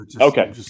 Okay